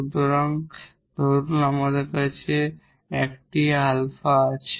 যখন ধরুন আমাদের কাছে এটি 𝛼 আছে